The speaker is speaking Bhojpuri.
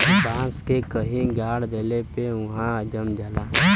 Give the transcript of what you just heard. बांस के कहीं पे गाड़ देले पे भी उहाँ जम जाला